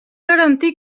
garantir